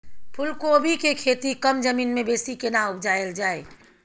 फूलकोबी के खेती कम जमीन मे बेसी केना उपजायल जाय?